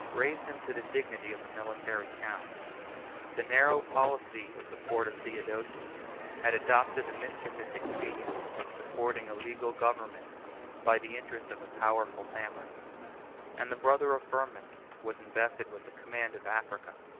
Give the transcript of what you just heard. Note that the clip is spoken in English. raised him to the dignity of a military count the narrow policy of the court of theodosius had adopted the mischievous expedient of supporting a legal government by the interest of a powerful family and the brother of firmus was invested with the command of africa.